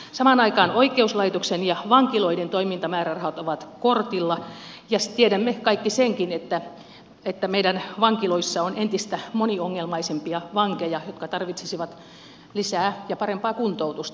samaan aikaan oikeuslaitoksen ja vankiloiden toimintamäärärahat ovat kortilla ja tiedämme kaikki senkin että meidän vankiloissamme on entistä moniongelmaisempia vankeja jotka tarvitsisivat lisää ja parempaa kuntoutusta